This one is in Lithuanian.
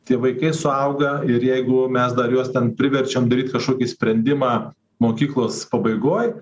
tie vaikai suauga ir jeigu mes dar juos ten priverčiam daryt kažkokį sprendimą mokyklos pabaigoj